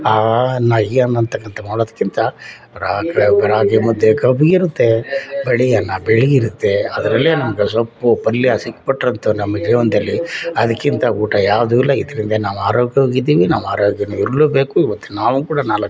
ಆ ಅನ್ನ ಈ ಅನ್ನ ಅನ್ನತಕ್ಕಂಥ ಮಾಡೋದ್ಕಿಂತ ರಾಗಿ ಮುದ್ದೆ ಕಬ್ಬಿಗಿರುತ್ತೆ ಬಿಳಿ ಅನ್ನ ಬಿಳಿ ಇರುತ್ತೆ ಅದರಲ್ಲೇ ನಮಗೆ ಸೊಪ್ಪು ಪಲ್ಯ ಸಿಕ್ಬಿಟ್ರೆ ಅಂತೂ ನಮ್ಮ ಜೀವನದಲ್ಲಿ ಅದಕ್ಕಿಂತ ಊಟ ಯಾವುದೂ ಇಲ್ಲ ಇದರಿಂದ ನಾವು ಆರೋಗ್ಯವಾಗಿದ್ದೀವಿ ನಾವು ಆರೋಗ್ಯದಿಂದ ಇರಲೂಬೇಕು ಈವತ್ತು ನಾವು ಕೂಡ ನಾಲ್ಕು ಜನಕ್ಕೆ